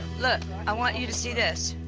look, i want you to see this.